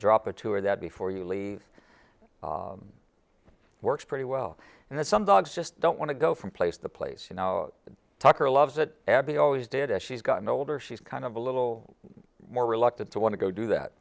drop or two or that before you leave works pretty well and that some dogs just don't want to go from place to place you know tucker loves that abby always did as she's gotten older she's kind of a little more reluctant to want to go do that